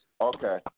Okay